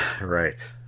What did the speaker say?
Right